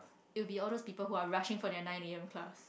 it would be all those people who are rushing for their nine A_M class